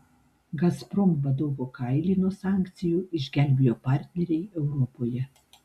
gazprom vadovo kailį nuo sankcijų išgelbėjo partneriai europoje